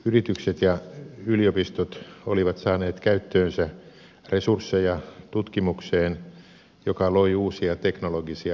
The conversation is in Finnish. yritykset ja yliopistot olivat saaneet käyttöönsä resursseja tutkimukseen joka loi uusia teknologisia innovaatioita